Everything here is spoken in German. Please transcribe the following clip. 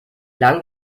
lang